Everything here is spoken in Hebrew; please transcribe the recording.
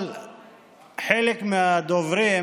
חלק מהדוברים